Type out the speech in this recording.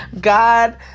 God